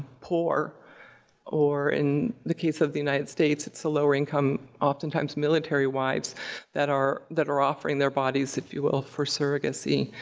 poor or in the case of the united states, it's the lower income, oftentimes, military wives that are that are offering their bodies if you will, for surrogacy.